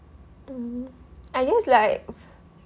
mm I guess like